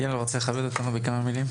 אייל רוצה לכבד אותנו בכמה מילים?